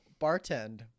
bartend